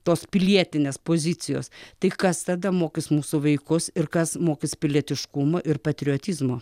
tos pilietinės pozicijos tai kas tada mokys mūsų vaikus ir kas mokys pilietiškumo ir patriotizmo